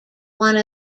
one